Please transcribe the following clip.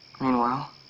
Meanwhile